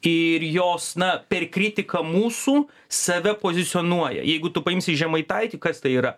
ir jos na per kritiką mūsų save pozicionuoja jeigu tu paimsi žemaitaitį kas tai yra